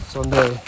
Sunday